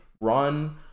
run